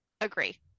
Agree